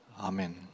Amen